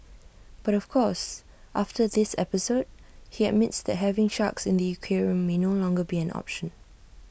but of course after this episode he admits that having sharks in the aquarium may no longer be an option